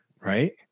right